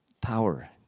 power